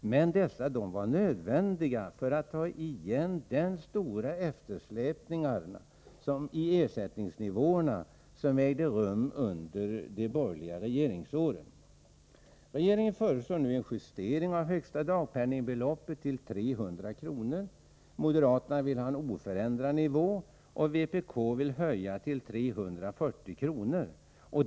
Men dessa var nödvändiga för att ta igen de stora eftersläpningarna i ersättningsnivåerna som uppstod under de borgerliga regeringsåren. Regeringen föreslår nu en justering av högsta dagpenningbeloppet till 300 kr. Moderaterna vill ha en oförändrad nivå, och vpk vill höja till 340 kr.